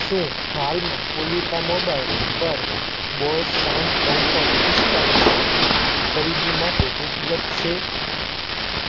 શું હાલમાં પૂર્વિકા મોબાઇલ પર બોસ શાંત કમ્ફર્ટ પિસ્તાળીસ ખરીદી માટે ઉપલબ્ધ છે